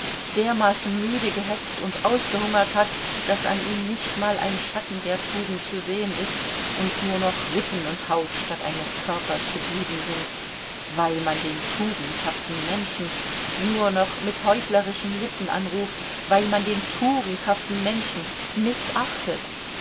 dermaßen müde gehetzt und ausgehungert hat daß an ihm nicht mal ein schatten der tugend zu sehen ist und nur noch rippen und haut statt eines körpers geblieben sind weil man den tugendhaften menschen nur noch mit heuchlerischen lippen anruft weil man den tugendhaften menschen mißachtet